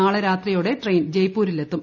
നാളെ രാത്രിയോടെ ട്രെയിൻ ജയ്പൂരിലെത്തും